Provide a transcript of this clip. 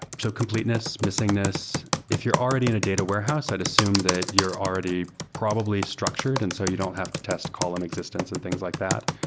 so completeness, missing this. if you're already in a data warehouse, i'd assume that you're already probably structured, and so you don't have to test column existence and things like that.